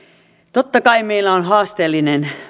totta kai meillä on haasteellinen